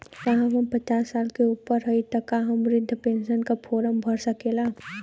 साहब हम पचास साल से ऊपर हई ताका हम बृध पेंसन का फोरम भर सकेला?